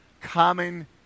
common